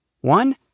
one